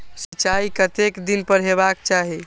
सिंचाई कतेक दिन पर हेबाक चाही?